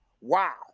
Wow